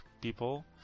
people